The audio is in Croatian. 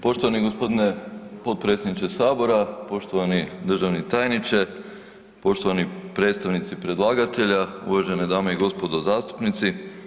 Poštovani gospodine potpredsjedniče Sabora, poštovani državni tajniče, poštovani predstavnici predlagatelja, uvažene dame i gospodo zastupnici.